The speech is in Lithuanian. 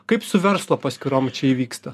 kaip su verslo paskirom čia įvyksta